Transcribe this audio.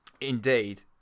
indeed